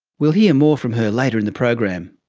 we'll hear more from her later in the program.